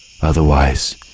Otherwise